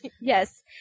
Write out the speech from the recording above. Yes